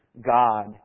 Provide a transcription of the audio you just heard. God